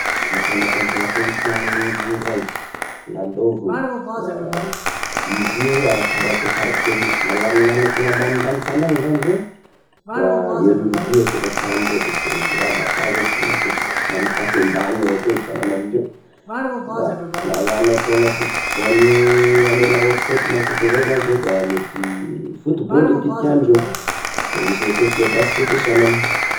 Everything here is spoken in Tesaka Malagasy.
Ny fanantanjahantena tiagny olo iray lalovigny izy io arakaraky kartie misy, magnano ny anaky ambanimbany tagnàna izany izao da i rugby io tegna tianindreo satria izy ndra matanjaky mikotratra mifanandahy avao ko amindreo da magnana akoa amy ny ampivo-ampivony amy la haute haute koa, koa zay zao da mety football tiatiagny indreo, de misy koa tia baskety a sagnany.